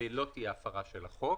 זו לא תהיה הפרה של החוק.